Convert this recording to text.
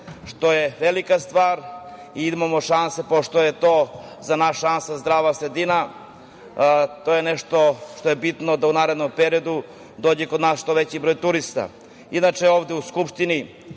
što je velika stvar. Imamo mogućnosti za jednu zdravu sredinu. To je nešto što je bitno da u narednom periodu dođe kod nas što veći broj turista. Inače, ovde u Skupštini